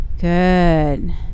Good